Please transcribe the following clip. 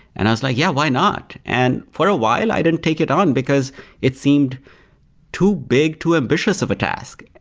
and i was like, yeah, why not? and for a while, i didn't take it on, because it seemed too big, too ambitious of a task.